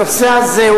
הנושא הזה,